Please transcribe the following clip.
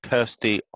Kirsty